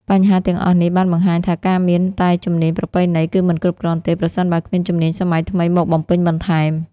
បញ្ហាទាំងអស់នេះបានបង្ហាញថាការមានតែជំនាញប្រពៃណីគឺមិនគ្រប់គ្រាន់ទេ ប្រសិនបើគ្មានជំនាញសម័យថ្មីមកបំពេញបន្ថែម។